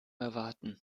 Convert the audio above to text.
erwarten